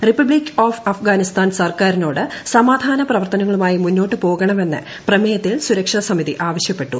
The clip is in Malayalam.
റിപ്പബ്ലിക്ക് ഓഫ് അഫ്ഗാനിസ്ഥാൻ സർക്കാരിനോട് സമാധാന പ്രവർത്തനങ്ങളുമായി മുന്നോട്ടു പോകണമെന്ന് പ്രമേയത്തിൽ സുരക്ഷാ സമിതി ആവശ്യപ്പെട്ടു